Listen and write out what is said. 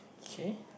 K